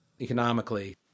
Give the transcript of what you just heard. economically